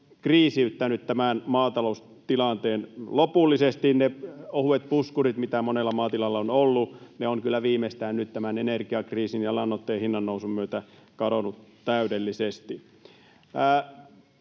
kriisiyttänyt tämän maataloustilanteen lopullisesti. Ne ohuet puskurit, mitä monella maatilalla ovat olleet, ovat kyllä viimeistään nyt tämän energiakriisin ja lannoitteiden hinnannousun myötä kadonneet täydellisesti.